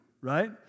right